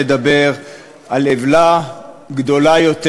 לדבר על עוולה גדולה יותר,